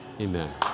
Amen